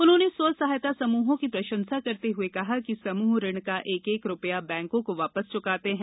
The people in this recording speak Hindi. उन्होंने स्व सहायता समूहों की प्रशंसा करते हुए कहा कि समूह ऋण का एक एक रूपया बैंकों को वापस चुकाते हैं